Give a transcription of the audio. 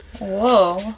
Whoa